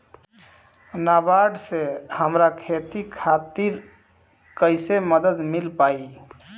नाबार्ड से हमरा खेती खातिर कैसे मदद मिल पायी?